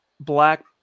black